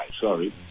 Sorry